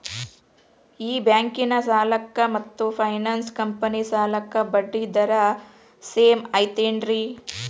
ಈ ಬ್ಯಾಂಕಿನ ಸಾಲಕ್ಕ ಮತ್ತ ಫೈನಾನ್ಸ್ ಕಂಪನಿ ಸಾಲಕ್ಕ ಬಡ್ಡಿ ದರ ಸೇಮ್ ಐತೇನ್ರೇ?